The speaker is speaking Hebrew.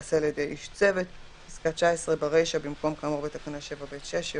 יבוא "לעניין מקום כאמור בתקנת משנה (ב)(8)